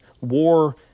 war